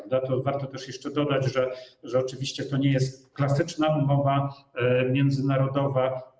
Warto tu jeszcze dodać, że oczywiście to nie jest klasyczna umowa międzynarodowa.